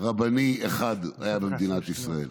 רבני אחד היה במדינת ישראל,